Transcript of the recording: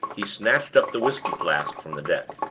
he snatched up the whisky flask from the deck.